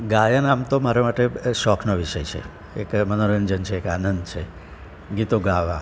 ગાયન આમ તો મારા માટે શોખનો વિષય છે એક મનોરંજન છે એક આનંદ છે ગીતો ગાવા